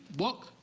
book,